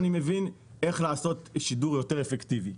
אני יודע איך לעשות שידור יותר אפקטיבי.